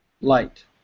light